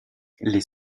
les